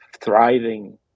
thriving